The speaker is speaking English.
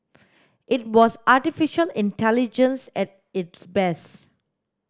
it was artificial intelligence at its best